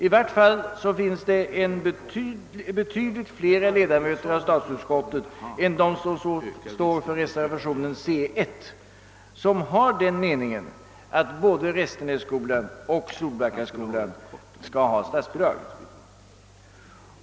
I varje fall finns det betydligt fler ledamöter av statsutskottet än de som står för reservationen C. 1) som har den uppfattningen, att både Restenässkolan och Solbackaskolan skall ha statsbidrag.